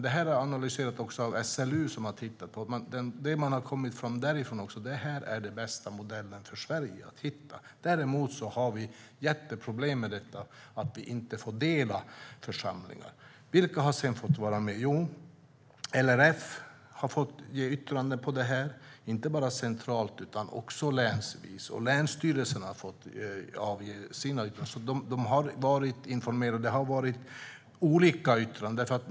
Detta är analyserat av SLU, som har tittat på det och kommit fram till att detta är den bästa modell för Sverige som man kan hitta. Däremot har vi jätteproblem med att vi inte får dela församlingar. Vilka har sedan fått vara med? LRF har fått avge yttrande om detta, inte bara centralt utan också länsvis. Länsstyrelserna har fått avge sina yttranden. De har varit informerade, och det har varit olika yttranden.